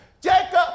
Jacob